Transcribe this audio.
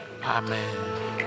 Amen